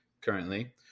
currently